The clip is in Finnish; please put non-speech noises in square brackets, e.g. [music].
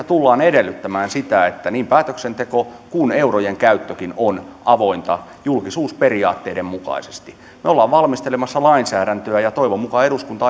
[unintelligible] tullaan edellyttämään sitä että niin päätöksenteko kuin eurojen käyttökin on avointa julkisuusperiaatteiden mukaisesti me olemme valmistelemassa lainsäädäntöä ja toivon mukaan eduskunta [unintelligible]